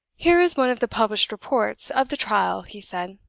here is one of the published reports of the trial, he said,